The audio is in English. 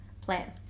plan